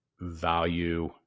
value